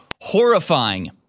horrifying